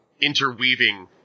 interweaving